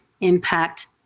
Impact